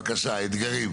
בבקשה, אתגרים.